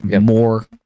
more